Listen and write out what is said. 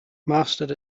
mastered